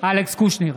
אלכס קושניר,